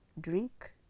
drink